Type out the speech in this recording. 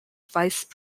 vice